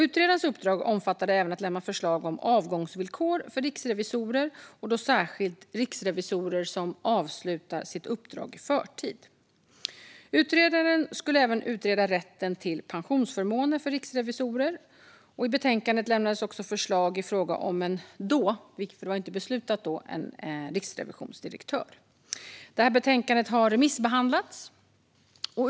Utredarens uppdrag omfattade även att lämna förslag om avgångsvillkor för riksrevisorer, särskilt riksrevisorer som avslutar sitt uppdrag i förtid. Utredaren skulle även utreda rätten till pensionsförmåner för riksrevisorer. I betänkandet lämnades också förslag i fråga om en riksrevisionsdirektör - detta var ju då ännu inte beslutat. Betänkandet har remissbehandlats.